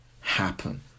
happen